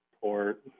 Port